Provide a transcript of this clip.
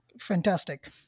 Fantastic